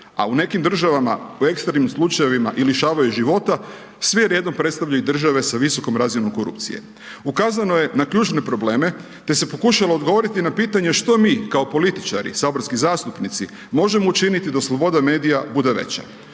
a u nekim država u ekstremnim slučajevima i lišavaju života, sve redom predstavljaju države sa visokom razinom korupcije. Ukazano je na ključne probleme te se pokušalo odgovoriti na pitanje što mi, kao političari, saborski zastupnici možemo učiniti da sloboda medija bude veća.